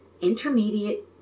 intermediate